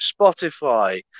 Spotify